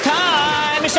time